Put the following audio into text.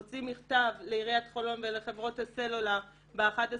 הוציא מכתב לעיריית חולון ולחברות הסלולר ב-11